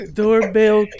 doorbell